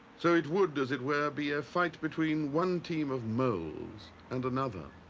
so it would, as it were, be a fight between one team of moles and another.